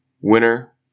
winner